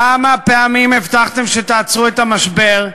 כמה פעמים הבטחתם שתעצרו את המשבר?